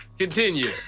continue